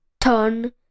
Ton